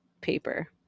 paper